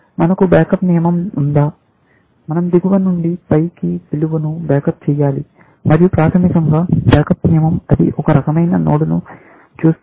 మనకు బ్యాకప్ నియమం ఉందా మనం దిగువ నుండి పైకి విలువ ను బ్యాకప్ చేయాలి మరియు ప్రాథమికంగా బ్యాకప్ నియమం అది ఒక రకమైన నోడ్ను చూస్తుంది